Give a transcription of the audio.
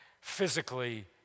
physically